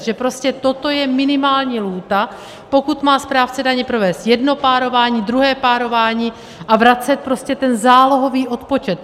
Že prostě toto je minimální lhůta, pokud má správce daně provést jedno párování, druhé párování a vracet prostě ten zálohový odpočet.